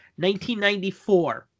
1994